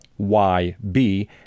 YB